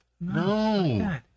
No